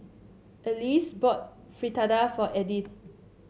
Alyse bought Fritada for Edith